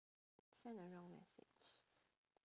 sent the wrong message